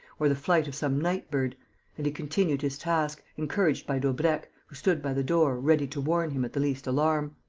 or the flight of some night-bird and he continued his task, encouraged by daubrecq, who stood by the door, ready to warn him at the least alarm.